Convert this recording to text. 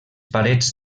parets